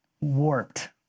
warped